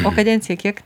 o kadencija kiek